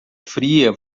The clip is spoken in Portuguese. fria